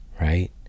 right